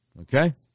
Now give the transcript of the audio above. Okay